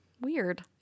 weird